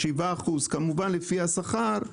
7% - כמובן לפי השכר,